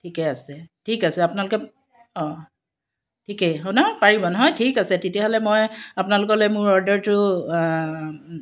ঠিকে আছে ঠিক আছে আপোনালোকে অঁ ঠিকেই হ'ল নহয় পাৰিব নহয় ঠিক আছে তেতিয়াহ'লে মই আপোনালোকলৈ মোৰ অৰ্ডাৰটো